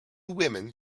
women